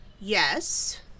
Yes